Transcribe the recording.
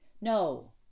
no